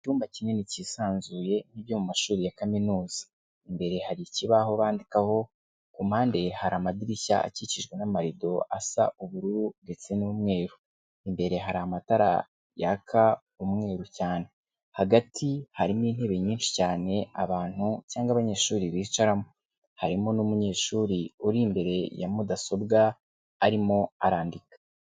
Icyumba kinini cyisanzuye ni cyo mu mashuri ya kaminuza. Imbere hari ikibaho bandikaho, ku mpande hari amadirishya akikijwe n'amarido asa ubururu ndetse n'umweru. Imbere hari amatara yaka umweru cyane. Hagati hari mo intebe nyinshi cyane abantu cyangwa abanyeshuri bicaramo. Harimo n'umunyeshuri uri imbere ya mudasobwa, arimo arandika.